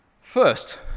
First